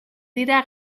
dira